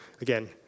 again